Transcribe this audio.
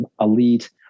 elite